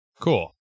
Cool